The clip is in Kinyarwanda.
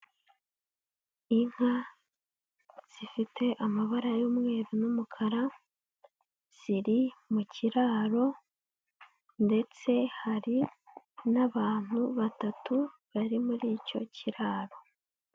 Inka zifite amabara y'umweru n'umukara, ziri mu kiraro, ndetse hari n'abantu batatu, bari muri icyo kiraro.